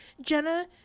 Jenna